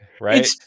right